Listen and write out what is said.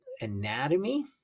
anatomy